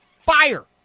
fire